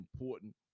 important